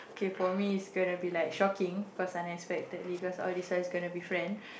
K for me is gonna be like shocking cause unexpectedly cause all these size gonna be friend